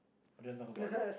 I don't want talk about it